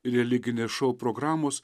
religinės šou programos